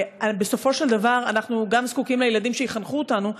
ובסופו של דבר אנחנו זקוקים לילדים שיחנכו אותנו,